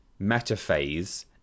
metaphase